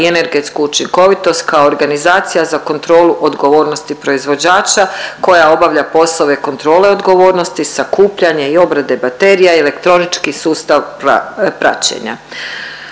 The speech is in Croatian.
i energetsku učinkovitost kao organizacija za kontrolu odgovornosti proizvođača koja obavlja poslove kontrole odgovornosti, sakupljanja i obrade baterija, elektronički sustav praćenja.